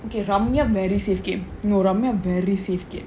okay ramya very safe game no ramya very safe game